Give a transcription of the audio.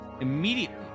Immediately